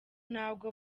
ntabwo